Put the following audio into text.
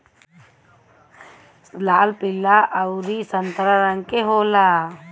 लाल पीला अउरी संतरा रंग के होला